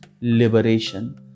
liberation